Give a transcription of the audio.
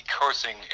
cursing